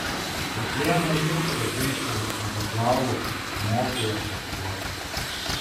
kiekvieną jų gražiai charakterizavo kaip žmogų ir darbuotoją